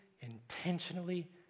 intentionally